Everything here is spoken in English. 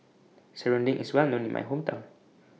Serunding IS Well known in My Hometown